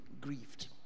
grieved